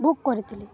book କରିଥିଲି